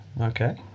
okay